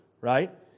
right